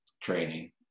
training